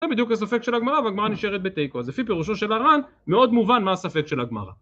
זה בדיוק הספק של הגמרא והגמרא נשארת בתיקו אז לפי פירושו של ארן מאוד מובן מה הספק של הגמרא